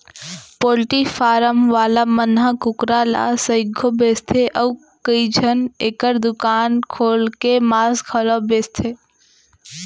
poultry farm वाला मन ह कुकरा ल सइघो बेचथें अउ कइझन एकर दुकान खोल के मांस घलौ बेचथें